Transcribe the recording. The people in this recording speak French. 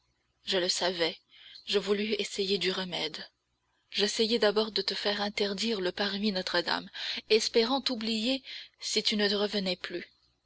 je le savais je voulus essayer du remède j'essayai d'abord de te faire interdire le parvis notre-dame espérant t'oublier si tu ne revenais plus